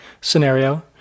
scenario